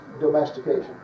domestication